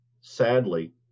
Sadly